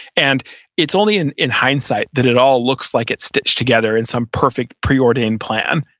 and it's only in in hindsight that it all looks like it's stitched together in some perfect preordained plan.